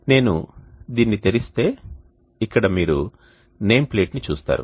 నేను దీన్ని తెరిస్తే ఇక్కడ మీరు నేమ్ ప్లేట్ని చూస్తారు